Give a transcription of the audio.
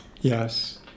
Yes